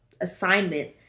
assignment